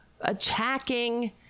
attacking